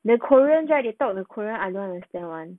the korean try to talk the korean I don't understand [one]